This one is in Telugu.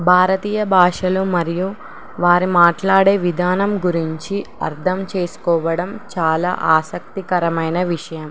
భారతీయ భాషలు మరియు వారి మాట్లాడే విధానం గురించి అర్థం చేసుకోవడం చాలా ఆసక్తికరమైన విషయం